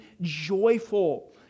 joyful